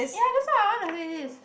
ya that's why I want to read this